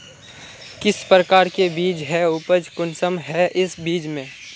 किस प्रकार के बीज है उपज कुंसम है इस बीज में?